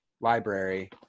library